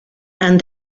and